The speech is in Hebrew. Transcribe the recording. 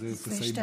אז תסיימי.